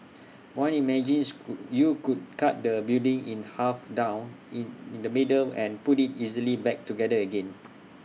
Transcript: one imagines you could cut the building in half down IT in the middle and put IT easily back together again